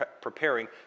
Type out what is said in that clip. preparing